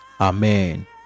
Amen